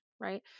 right